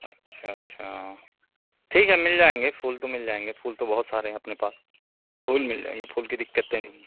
अच्छा अच्छा ठीक है मिल जाएँगे फूल तो मिल जाएँगे फूल तो बहुत सारे हैं अपने पास फूल मिल जाएँगे फूल की दिक्कते नहीं है